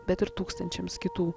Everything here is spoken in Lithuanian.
bet ir tūkstančiams kitų